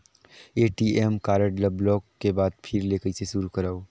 ATM card ल block के बाद फिर ले कइसे शुरू करव?